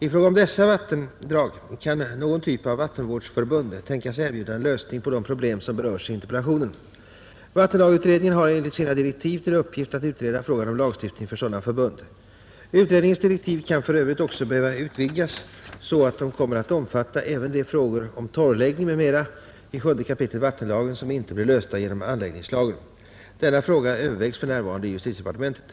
I fråga om dessa vattendrag kan någon typ av vattenvårdsförbund tänkas erbjuda en lösning på de problem som berörs i interpellationen. Vattenlagsutredningen har enligt sina direktiv till uppgift att utreda frågan om lagstiftning för sådana förbund. Utredningens direktiv kan för övrigt också behöva utvidgas så att de kommer att omfatta även de frågor om torrläggning m.m. i 7 kap. vattenlagen som inte blir lösta genom anläggningslagen. Denna fråga övervägs för Nr 69 närvarande i justitiedepartementet.